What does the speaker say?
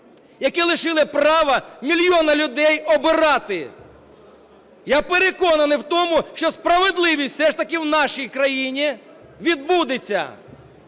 які лишили права мільйони людей обирати. Я переконаний в тому, що справедливість все ж таки в нашій країні відбудеться.